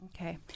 Okay